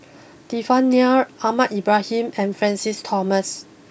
Devan Nair Ahmad Ibrahim and Francis Thomas